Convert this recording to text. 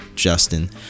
Justin